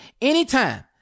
anytime